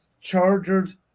Chargers